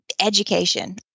Education